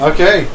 Okay